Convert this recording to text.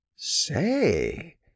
Say